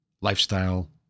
lifestyle